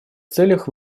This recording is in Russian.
целях